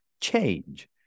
change